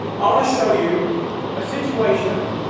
i want to show you a situation